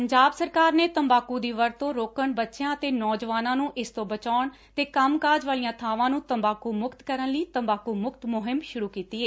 ਪੰਜਾਬ ਸਰਕਾਰ ਨੇ ਤੰਬਾਕੂ ਦੀ ਵਰਤੋਂ ਰੋਕਣ ਬੱਚਿਆਂ ਅਤੇ ਨੌਜਵਾਨਾਂ ਨੂੰ ਇਸ ਤੋਂ ਬਚਾਉਣ ਤੇ ਕੰਮ ਕਾਜ ਵਾਲੀਆਂ ਬਾਵਾਂ ਨੂੰ ਤੰਬਾਕੂ ਮੁਕਤ ਕਰਨ ਲਈ ਤੰਬਾਕੂ ਮੁਕਤ ਮੁਹਿੰਮ ਸੁਰੂ ਕੀਤੀ ਏ